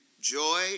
joy